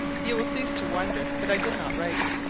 you will cease to wonder that i did not write.